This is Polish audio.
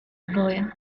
dwoje